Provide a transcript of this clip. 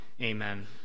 Amen